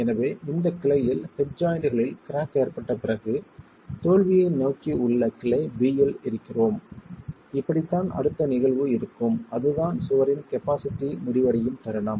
எனவே இந்த கிளையில் ஹெட் ஜாய்ண்ட்களில் கிராக் ஏற்பட்ட பிறகு தோல்வியை நோக்கி உள்ள கிளை b இல் இருக்கிறோம் இப்படித்தான் அடுத்த நிகழ்வு இருக்கும் அதுதான் சுவரின் கபாஸிட்டி முடிவடையும் தருணம்